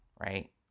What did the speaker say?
right